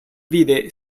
vide